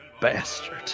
Bastard